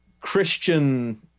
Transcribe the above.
Christian